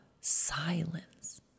silence